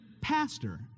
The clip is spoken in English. pastor